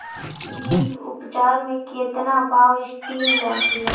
बीज उपचार में केतना बावस्टीन लागेला?